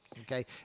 okay